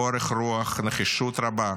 אורך רוח, נחישות רבה.